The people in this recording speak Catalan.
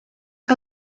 que